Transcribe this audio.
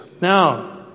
Now